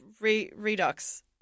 redux